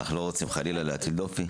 אנחנו לא רוצים חלילה להטיל דופי.